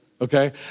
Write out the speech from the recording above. okay